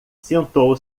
sentou